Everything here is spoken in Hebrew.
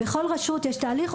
בכל רשות יש תהליך,